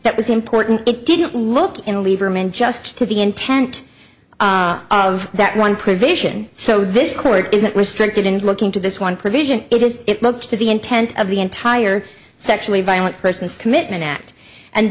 that was important it didn't look in lieberman just to the intent of that one provision so this court isn't restricted in looking to this one provision it is it looks to the intent of the entire sexually violent persons commitment a